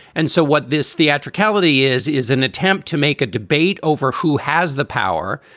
and so what this theatricality is, is an attempt to make a debate over who has the power,